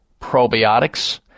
probiotics